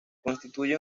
constituye